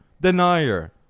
Denier